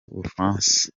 bufaransa